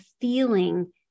feeling